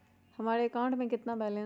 हमारे अकाउंट में कितना बैलेंस है?